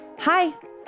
Hi